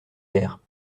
verres